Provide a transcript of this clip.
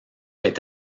est